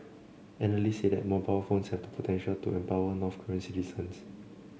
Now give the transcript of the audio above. analysts say that mobile phones have the potential to empower North Korean citizens